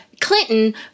Clinton